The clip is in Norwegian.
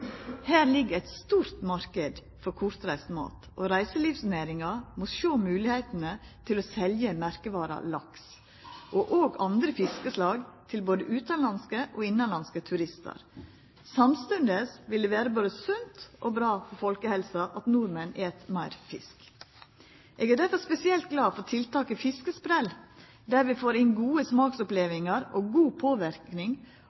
Her ligg ein stort marknad for kortreist mat, og reiselivsnæringa må sjå moglegheitene til å selja merkevara laks og òg andre fiskeslag til både utanlandske og innanlandske turistar. Samstundes vil det vera både sunt og bra for folkehelsa at nordmenn et meir fisk. Eg er difor spesielt glad for tiltaket Fiskesprell, der vi får inn gode